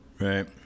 Right